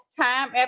time